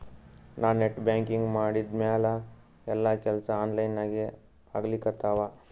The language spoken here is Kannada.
ನಾ ನೆಟ್ ಬ್ಯಾಂಕಿಂಗ್ ಮಾಡಿದ್ಮ್ಯಾಲ ಎಲ್ಲಾ ಕೆಲ್ಸಾ ಆನ್ಲೈನಾಗೇ ಆಗ್ಲಿಕತ್ತಾವ